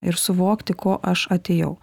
ir suvokti ko aš atėjau